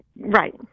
Right